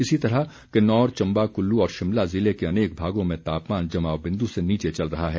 इसी तरह किन्नौर चम्बा कुल्लू और शिमला ज़िले के अनेक भागों में तापमान जमाव बिंदु से नीचे चल रहा है